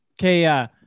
Okay